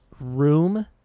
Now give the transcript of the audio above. room